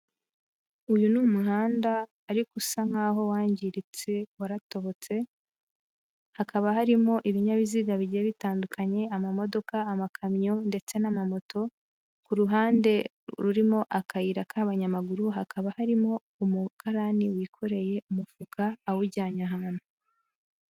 Uyu ni umuhanda ariko usa nk'aho wangiritse, waratobotse, hakaba harimo ibinyabiziga bigiye bitandukanye, amamodoka, amakamyo ndetse n'amamoto, ku ruhande rurimo akayira k'abanyamaguru hakaba harimo umukarani wikoreye umufuka awujyanye ahantu.